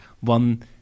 one